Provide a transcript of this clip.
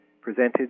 presented